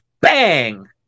bang